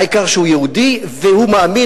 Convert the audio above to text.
העיקר שהוא יהודי והוא מאמין,